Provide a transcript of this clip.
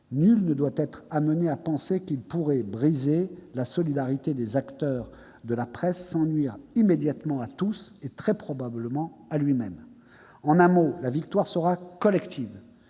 Nul ne doit être amené à penser qu'il pourrait briser la solidarité des acteurs de la presse sans nuire immédiatement à tous, et très probablement à lui-même. En un mot, la victoire sera collective.